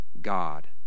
God